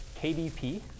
KDP